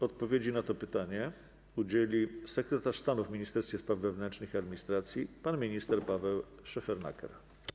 Odpowiedzi na to pytanie udzieli sekretarz stanu w Ministerstwie Spraw Wewnętrznych i Administracji pan minister Paweł Szefernaker.